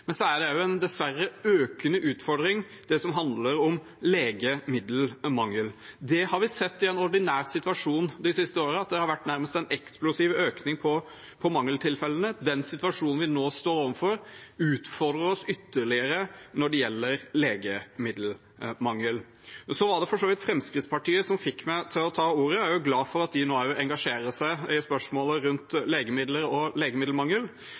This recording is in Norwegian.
men så er det dessverre også en økende utfordring som handler om legemiddelmangel. Det vi har sett i en ordinær situasjon de siste årene, er at det nærmest har vært en eksplosiv økning i antall mangeltilfeller. Den situasjonen vi nå står overfor, utfordrer oss ytterligere når det gjelder legemiddelmangel. Det var for så vidt Fremskrittspartiet som fikk meg til å ta ordet, og jeg er glad for at de nå også engasjerer seg i spørsmålet rundt legemidler og legemiddelmangel.